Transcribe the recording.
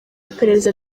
iperereza